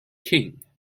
king